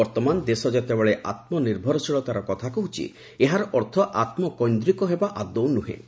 ବର୍ତ୍ତମାନ ଦେଶ ଯେତେବେଳେ ଆତ୍ମନିର୍ଭରଶୀଳତାର କଥା କହୁଛି ଏହାର ଅର୍ଥ ଆତ୍ମକେିନ୍ଦ୍ରିକ ହେବା ଆଦୌ ନୁହେଁ